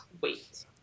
wait